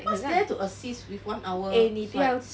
what's there to assist with one hour flight